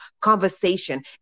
conversation